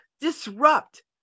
disrupt